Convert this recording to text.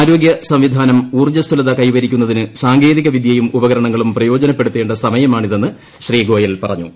ആരോഗ്യ സംവിധാനം ഊർജ്ജസ്വലത കൈവരിക്കുന്നതിന് സാങ്കേതികവിദ്യയും ഉപകരണങ്ങളും പ്രയോജനപ്പെടുത്തേണ്ട സമയമാണിതെന്ന് ശ്രീ ഗോയൽ പറഞ്ഞു